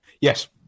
Yes